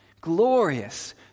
glorious